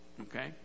okay